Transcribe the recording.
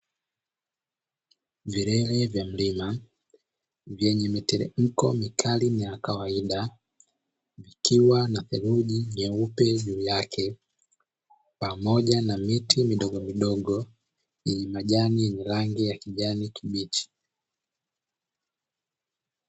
Vilele vya milima vyenye miteremko mikali na ya kawaida ikiwa na theruji nyeupe juu yake pamoja na miti midogomidogo yenye majani ya rangi ya kijani kibichi.